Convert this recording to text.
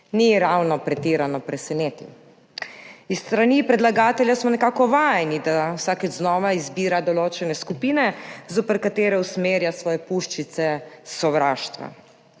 ni ravno pretirano presenetil. S strani predlagatelja smo nekako vajeni, da vsakič znova izbira določene skupine, zoper katere usmerja svoje puščice sovraštva.